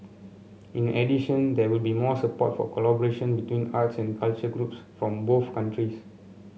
in addition there will be more support for collaboration between arts and culture groups from both countries